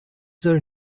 there